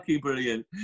brilliant